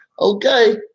Okay